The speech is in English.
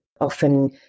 often